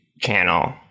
channel